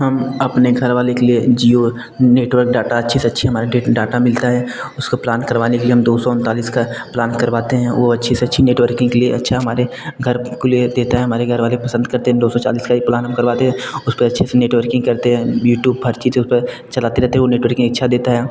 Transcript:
हम अपने घर वाले के लिए जिओ नेटवर्क डाटा अच्छी से अच्छी हमारे डाटा मिलता है उसको प्लान करवाने के लिए हम दो सौ उनतालीस का प्लान करवाते हैं वो अच्छी से अच्छी नेटवर्किंग के लिए अच्छा हमारे घर के लिए देता है हमारे घर वाले पसंद करते हैं हम दो सौ चालीस का ही प्लान हम करवाते हैं उसपे अच्छे से नेटवर्किंग करते हैं यूट्यूब हर चीज उसपे चलाते रहते है वो नेटवर्किंग अच्छा देता है